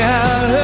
out